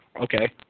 okay